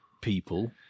people